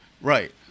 Right